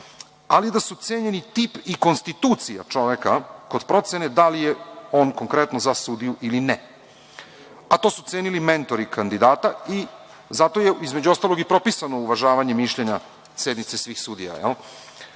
ali da su cenjeni tip i konstitucija čoveka kod procene da li je on konkretno za sudiju ili ne, a to su cenili mentori kandidata. Zato je, između ostalog, i propisano uvažavanje mišljenja sednice svih sudija. Opet